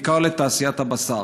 בעיקר לתעשיית הבשר.